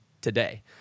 today